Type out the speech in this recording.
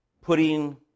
Putting